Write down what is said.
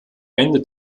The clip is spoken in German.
endet